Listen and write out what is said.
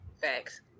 Thanks